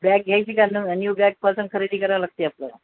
bag घ्यायची का न न्यू बॅगपासून खरेदी करावं लागते आपल्याला